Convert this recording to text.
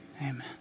Amen